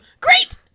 Great